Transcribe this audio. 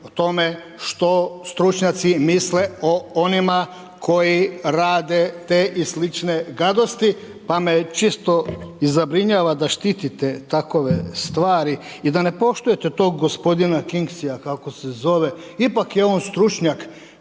o tome što stručnjaci misle o onima koji rade te i slične gadosti pa me čisto i zabrinjava da štitite takve stvari i da ne poštujete tog gospodina …/Govornik se ne razumije./… kako se zove, ipak je on stručnjak,